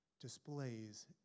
displays